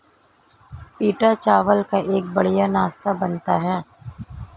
पीटा चावल का एक बढ़िया नाश्ता बनता है